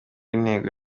intego